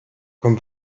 comme